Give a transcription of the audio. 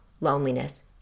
loneliness